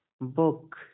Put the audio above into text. book